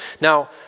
Now